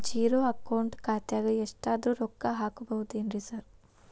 Zero account ಖಾತ್ಯಾಗ ಎಷ್ಟಾದ್ರೂ ರೊಕ್ಕ ಹಾಕ್ಬೋದೇನ್ರಿ ಸಾರ್?